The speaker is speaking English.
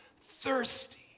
thirsty